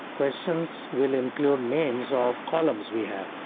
questions will include names of columns we have,